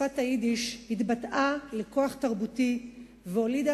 שפת היידיש התבטאה בכוח תרבותי והולידה